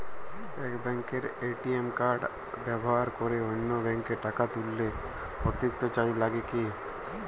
এক ব্যাঙ্কের ATM card ব্যবহার করে অন্য ব্যঙ্কে টাকা তুললে অতিরিক্ত চার্জ লাগে কি?